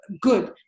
good